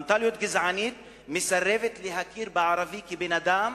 מנטליות גזענית מסרבת להכיר בערבי כבן-אדם